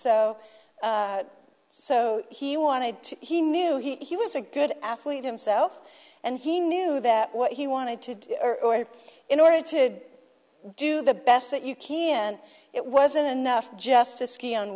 so so he wanted to he knew he was a good athlete himself and he knew that what he wanted to do in order to do the best that you can it wasn't enough just to ski on